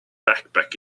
backpack